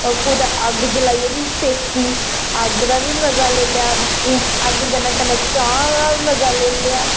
कुदै अग्ग जलाइये बी सेकी अग्ग दा बी मजा लेई लैआ अग्ग कन्नै कन्नै चाह् दा बी मजा लेई लैआ